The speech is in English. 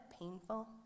painful